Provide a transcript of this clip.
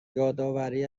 یادآوری